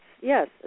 Yes